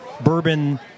bourbon